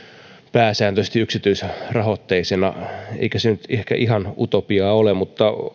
pääsääntöisesti yksityisrahoitteisena eikä se nyt ehkä ihan utopiaa ole mutta